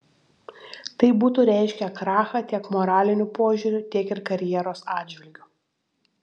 tai būtų reiškę krachą tiek moraliniu požiūriu tiek ir karjeros atžvilgiu